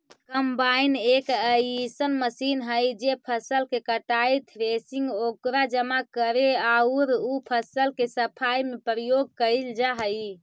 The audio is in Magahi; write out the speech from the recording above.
कम्बाइन एक अइसन मशीन हई जे फसल के कटाई, थ्रेसिंग, ओकरा जमा करे औउर उ फसल के सफाई में प्रयोग कईल जा हई